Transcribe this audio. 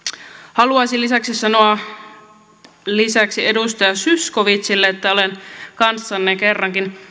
haluaisin lisäksi sanoa edustaja zyskowiczille että olen kanssanne kerrankin